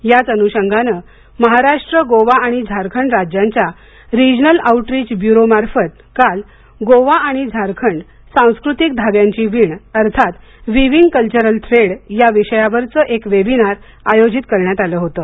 याच अनुषंगाने महाराष्ट्र गोवा आणि झारखंड राज्यांच्या रिजनल आउटरीच ब्युरो मार्फत काल गोवा आणि झारखंड सांस्कृतिक धाग्यांची विण अर्थात विव्हिंग कल्वरल थ्रेड या विषयावरचं एक वेबिनार आयोजित करण्यात आलं होतं